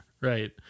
Right